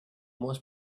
most